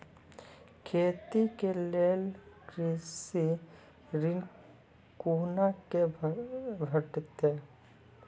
खेती के लेल कृषि ऋण कुना के भेंटते?